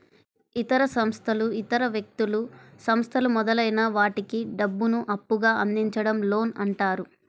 ఇతర సంస్థలు ఇతర వ్యక్తులు, సంస్థలు మొదలైన వాటికి డబ్బును అప్పుగా అందించడం లోన్ అంటారు